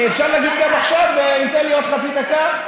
אפשר להגיב גם עכשיו, הוא ייתן לי עוד חצי דקה?